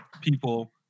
people